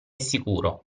sicuro